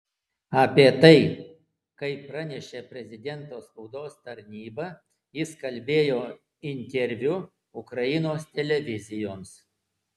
apie tai kaip pranešė prezidento spaudos tarnyba jis kalbėjo interviu ukrainos televizijoms